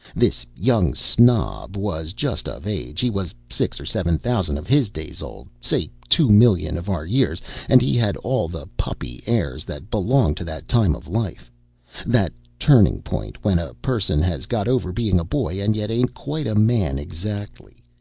this young snob was just of age he was six or seven thousand of his days old say two million of our years and he had all the puppy airs that belong to that time of life that turning point when a person has got over being a boy and yet ain't quite a man exactly.